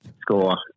score